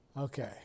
Okay